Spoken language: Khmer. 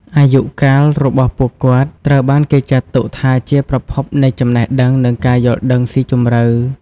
អាយុកាលរបស់ពួកគាត់ត្រូវបានគេចាត់ទុកថាជាប្រភពនៃចំណេះដឹង និងការយល់ដឹងស៊ីជម្រៅ។